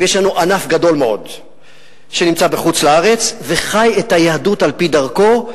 ויש לנו ענף גדול מאוד שנמצא בחוץ-לארץ וחי את היהדות על-פי דרכו.